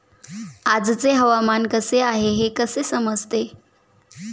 आजचे हवामान कसे आहे हे कसे समजेल?